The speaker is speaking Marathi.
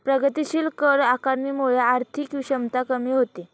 प्रगतीशील कर आकारणीमुळे आर्थिक विषमता कमी होते